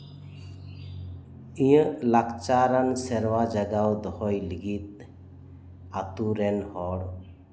ᱤᱧᱟᱹᱜ ᱞᱟᱠᱪᱟᱨ ᱟᱨ ᱥᱮᱨᱣᱟ ᱡᱚᱜᱟᱣ ᱫᱚᱦᱚᱭ ᱞᱟᱹᱜᱤᱫ ᱟᱛᱩ ᱨᱮᱱ ᱦᱚᱲ